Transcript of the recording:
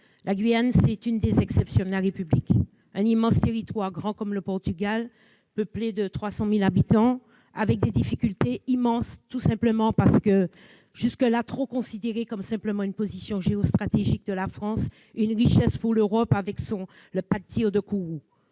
La Guyane, c'est l'une des exceptions de la République : un territoire grand comme le Portugal, peuplé de 300 000 habitants, avec des difficultés immenses, car il a jusqu'à présent été considéré comme une simple position géostratégique de la France et une richesse pour l'Europe, avec le pas de tir de Kourou.